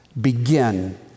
begin